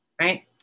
right